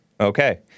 Okay